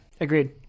agreed